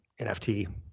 NFT